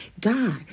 God